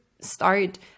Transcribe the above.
start